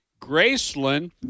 Graceland